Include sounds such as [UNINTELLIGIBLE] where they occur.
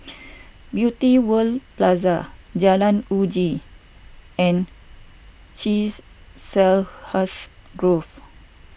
Beauty World Plaza Jalan Uji and [UNINTELLIGIBLE] Grove